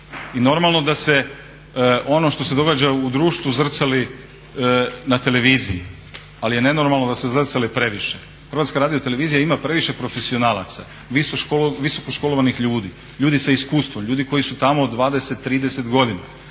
I normalno da se ono što se događa u društvu zrcali na televiziji, ali je nenormalno da se zrcali previše. HRT ima previše profesionalaca, visokoškolovanih ljudi, ljudi sa iskustvom, ljudi koji su tamo 20, 30 godina,